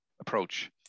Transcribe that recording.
approach